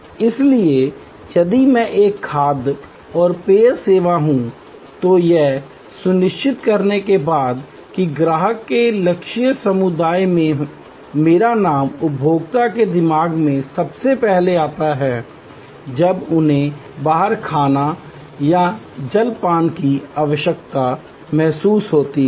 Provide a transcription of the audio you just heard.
इसलिए यदि मैं एक खाद्य और पेय सेवा हूं तो यह सुनिश्चित करने के बाद कि ग्राहकों के लक्षित समुदाय में मेरा नाम उपभोक्ता के दिमाग में सबसे पहले आता है जब उन्हें बाहर खाने या जलपान की आवश्यकता महसूस होती है